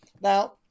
Now